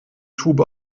tube